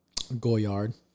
Goyard